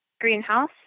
greenhouse